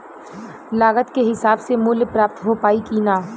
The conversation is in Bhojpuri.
लागत के हिसाब से मूल्य प्राप्त हो पायी की ना?